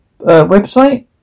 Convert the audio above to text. website